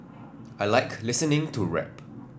I like listening to rap